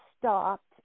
stopped